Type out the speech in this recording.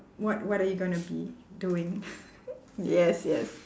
what what are you gonna be doing yes yes